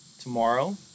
Tomorrow